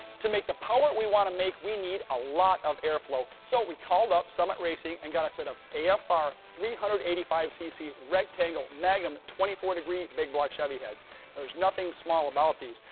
to make the power we want to make we need a lot of air flow. so we called up summit racing and got a set of a f r three hundred and eighty five cc rectangle magnum twenty four degree big block chevy heads. now there's nothing small about these.